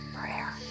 Prayer